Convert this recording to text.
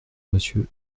monsieur